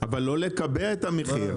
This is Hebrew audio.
אבל, לא לקבע את המחיר.